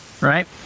right